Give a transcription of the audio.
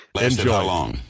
Enjoy